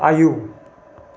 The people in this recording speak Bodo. आयौ